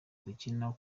dukina